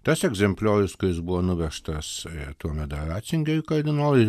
tas egzempliorius kuris buvo nuvežtas tuomet dar ratzingeriui kardinolui